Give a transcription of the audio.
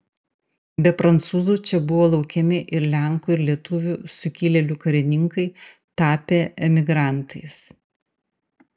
be prancūzų čia buvo laukiami ir lenkų ir lietuvių sukilėlių karininkai tapę emigrantais